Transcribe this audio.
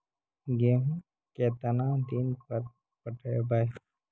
गेहूं केतना दिन पर पटइबै?